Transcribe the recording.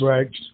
Right